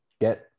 get